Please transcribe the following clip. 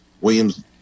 williams